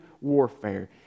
warfare